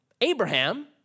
Abraham